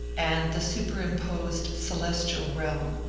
and the superimposed celestial realm,